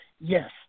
Yes